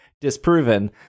disproven